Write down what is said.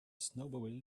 snowmobile